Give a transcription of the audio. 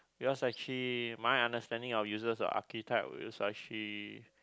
because actually my understanding of uses of archetype is actually